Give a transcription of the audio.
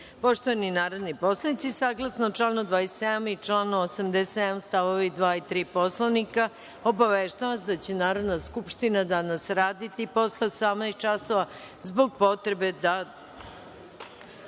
rada. Poštovani narodni poslanici saglasno članu 27. i članu 87. stavovi 2. i 3. Poslovnika, obaveštavam vas da će Narodna skupština danas raditi i posle 18,00 časova, zbog potrebe